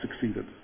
succeeded